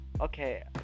Okay